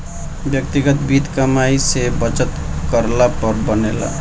व्यक्तिगत वित्त कमाई से बचत करला पर बनेला